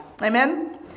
amen